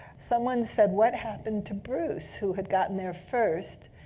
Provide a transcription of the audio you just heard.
someone said, what happened to bruce, who had gotten there first?